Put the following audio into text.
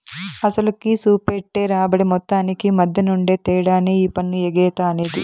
అసలుకి, సూపెట్టే రాబడి మొత్తానికి మద్దెనుండే తేడానే ఈ పన్ను ఎగేత అనేది